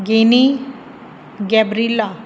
Guinea Gabriela